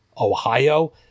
Ohio